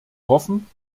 hoffen